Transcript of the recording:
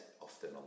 often